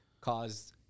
caused